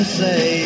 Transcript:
say